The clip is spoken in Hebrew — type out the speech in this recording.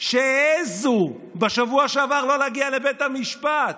תיקון חוק-היסוד שמובא כאן היום נועד לאפשר לממשלה